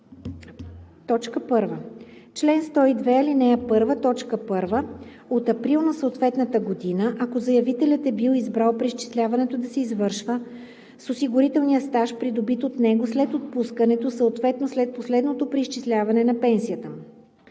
на: 1. чл. 102, ал. 1, т. 1 – от 1 април на съответната година, ако заявителят е бил избрал преизчисляването да се извършва с осигурителния стаж, придобит от него след отпускането, съответно след последното преизчисляване на пенсията му;